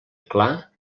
clar